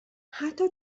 حتی